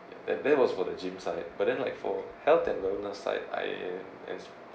and there was for the gyms side but then like for health and wellness side I as